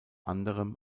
anderem